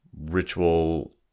ritual